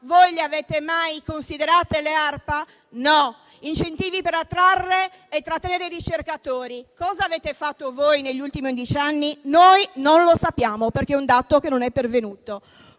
voi le avete mai considerate le ARPA? No. Incentivi per attrarre e trattenere ricercatori: cos'avete fatto voi, negli ultimi dieci anni? Noi non lo sappiamo, perché è un dato che non è pervenuto.